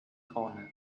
corner